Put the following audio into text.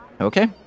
Okay